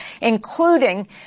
including